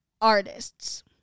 artists